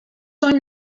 són